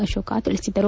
ಅಶೋಕ್ ತಿಳಿಸಿದರು